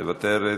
מוותרת,